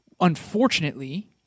Unfortunately